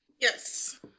yes